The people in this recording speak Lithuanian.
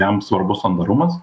jam svarbu sandarumas